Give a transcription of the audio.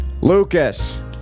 Lucas